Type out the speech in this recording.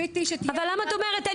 אבל למה את אומרת,